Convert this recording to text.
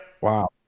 Wow